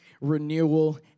renewal